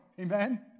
Amen